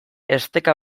esteka